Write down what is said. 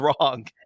wrong